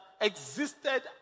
existed